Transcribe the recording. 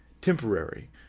temporary